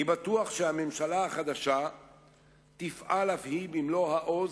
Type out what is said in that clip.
אני בטוח שהממשלה החדשה תפעל אף היא במלוא העוז